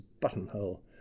buttonhole